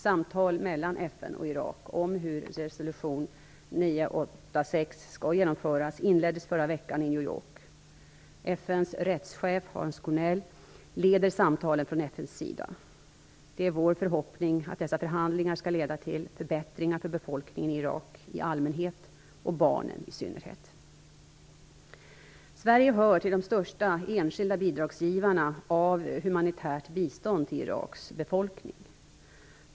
skall genomföras inleddes förra veckan i New York. FN:s rättschef Hans Corell leder samtalen från FN:s sida. Det är vår förhoppning att dessa förhandlingar skall leda till förbättringar för befolkningen i Irak i allmänhet och barnen i synnerhet. Sverige hör till de största enskilda bidragsgivarna av humanitärt bistånd till Iraks befolkning.